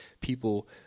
people